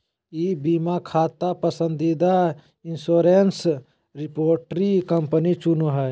ई बीमा खाता पसंदीदा इंश्योरेंस रिपोजिटरी कंपनी चुनो हइ